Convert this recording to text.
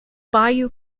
bayou